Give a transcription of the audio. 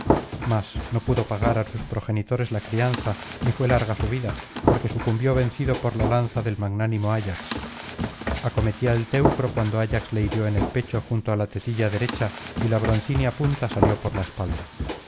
mas no pudo pagar á sus progenitores la crianza ni fué larga su vida porque sucumbió vencido por la lanza del magnánimo ayax acometía el teucro cuan do ayax le hirió en el pecho junto á la tetilla derecha y la broncínea punta salió por la espalda